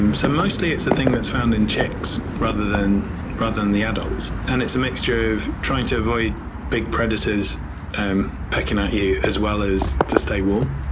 um so, mostly it's a thing that's found in chicks rather than rather than the adults. and it's a mixture of trying to avoid big predators um pecking at you as well as to stay warm.